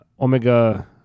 Omega